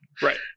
Right